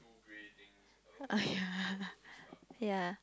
uh yeah yeah